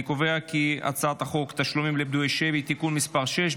אני קובע כי הצעת חוק תשלומים לפדויי שבי (תיקון מס' 6),